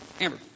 Amber